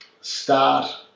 start